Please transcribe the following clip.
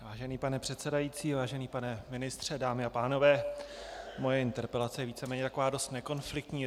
Vážený pane předsedající, vážený pane ministře, dámy a pánové, moje interpelace je víceméně taková dost nekonfliktní.